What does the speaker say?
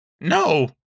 No